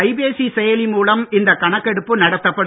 கைபேசி செயலி மூலம் இந்த கணக்கெடுப்பு நடத்தப்படும்